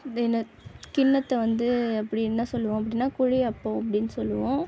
தின கிண்ணத்தை வந்து அப்படி என்ன சொல்லுவோம் அப்படின்னா குழி அப்பம் அப்படின்னு சொல்லுவோம்